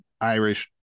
Irish